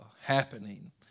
happening